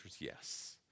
Yes